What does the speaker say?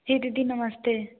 जी दीदी नमस्ते